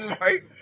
right